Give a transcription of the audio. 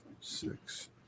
Six